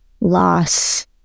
loss